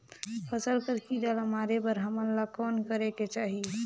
फसल कर कीरा ला मारे बर हमन ला कौन करेके चाही?